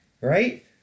right